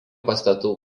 pastatų